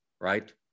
Right